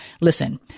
Listen